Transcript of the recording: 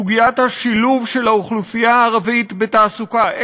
סוגיית השילוב של האוכלוסייה הערבית בתעסוקה,